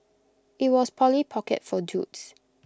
IT was Polly pocket for dudes